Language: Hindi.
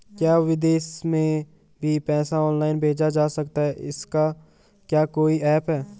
क्या विदेश में भी पैसा ऑनलाइन भेजा जा सकता है इसका क्या कोई ऐप है?